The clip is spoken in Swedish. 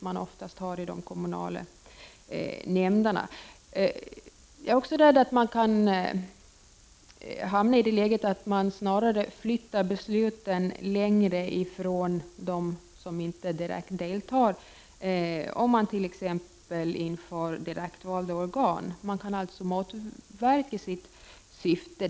Jag är också rädd för att man kan hamna i det läget att besluten snarare flyttas längre från dem som inte direkt deltar om t.ex. direktvalda organ införs. Man kan alltså motverka sitt syfte.